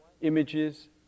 images